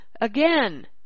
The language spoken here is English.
Again